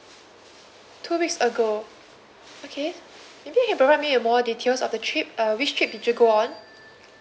two weeks ago okay maybe you can provide me uh more details of the trip uh which trip did you go on